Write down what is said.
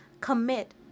Commit